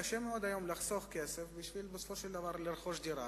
קשה מאוד היום לחסוך כסף בשביל לרכוש דירה.